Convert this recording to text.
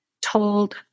told